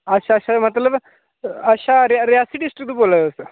अच्छा अच्छा मतलब अच्छा रियासी डिस्ट्रिक दा बोला दे तुस